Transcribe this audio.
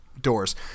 doors